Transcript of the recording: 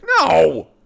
No